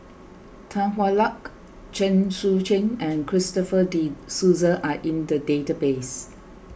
Tan Hwa Luck Chen Sucheng and Christopher De Souza are in the database